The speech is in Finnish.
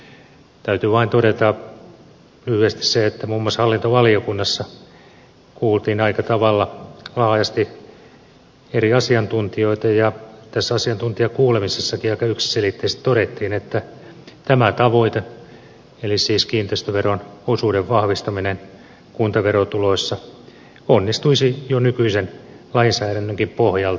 täytyy vain todeta lyhyesti se että muun muassa hallintovaliokunnassa kuultiin aika tavalla laajasti eri asiantuntijoita ja tässä asiantuntijakuulemisessakin aika yksiselitteisesti todettiin että tämä tavoite eli siis kiinteistöveron osuuden vahvistaminen kuntaverotuloissa onnistuisi jo nykyisen lainsäädännönkin pohjalta